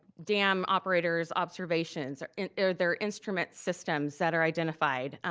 dam operator's observations, are and there there instrument systems that are identified,